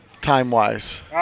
Time-wise